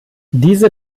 diese